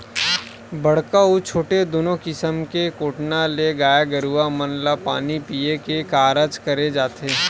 बड़का अउ छोटे दूनो किसम के कोटना ले गाय गरुवा मन ल पानी पीया के कारज करे जाथे